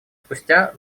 спустя